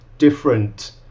different